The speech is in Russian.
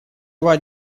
два